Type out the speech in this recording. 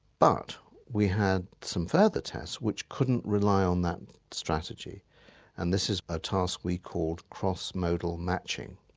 but we had some further tests which couldn't rely on that strategy and this is a task we called cross-modal matching.